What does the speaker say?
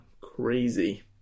Crazy